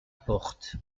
porte